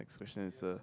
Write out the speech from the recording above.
next question sir